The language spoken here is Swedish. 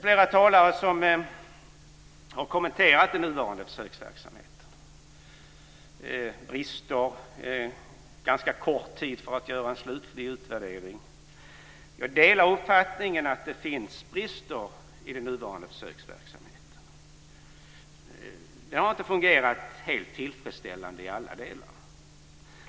Flera talare har kommenterat den nuvarande försöksverksamheten och sagt att det finns brister. Man har ganska kort tid på sig för att göra en slutlig utvärdering. Jag delar uppfattningen att det finns brister i den nuvarande försöksverksamheten. Det har inte fungerat helt tillfredsställande i alla delar.